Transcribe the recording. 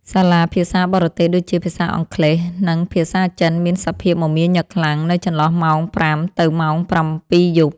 សាលាភាសាបរទេសដូចជាភាសាអង់គ្លេសនិងភាសាចិនមានសភាពមមាញឹកខ្លាំងនៅចន្លោះម៉ោងប្រាំទៅម៉ោងប្រាំពីរយប់។